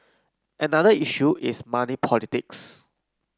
another issue is money politics